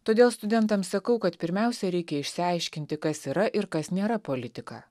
todėl studentams sakau kad pirmiausia reikia išsiaiškinti kas yra ir kas nėra politika